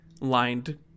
lined